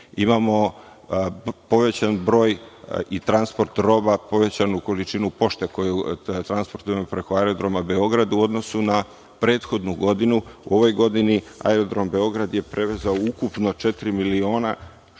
Imamo povećan broj i transport roba, povećanu količinu pošte koju transportujemo preko aerodroma Beograd u odnosu na prethodnu godinu. U ovoj godini aerodrom Beograd je prevezao ukupno 4.648.790